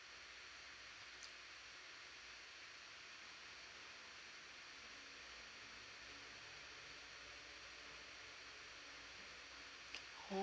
[ho]